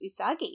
Usagi